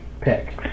pick